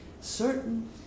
certain